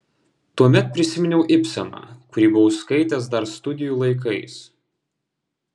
tuomet prisiminiau ibseną kurį buvau skaitęs dar studijų laikais